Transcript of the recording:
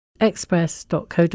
express.co.uk